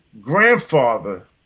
grandfather